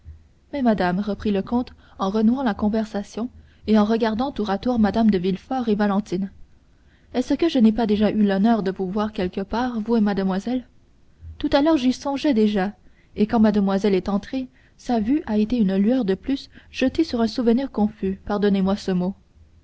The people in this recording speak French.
mais madame reprit le comte en renouant la conversation et en regardant tour à tour mme de villefort et valentine est-ce que je n'ai pas déjà eu l'honneur de vous voir quelque part vous et mademoiselle tout à l'heure j'y songeais déjà et quand mademoiselle est entrée sa vue a été une lueur de plus jetée sur un souvenir confus pardonnez-moi ce mot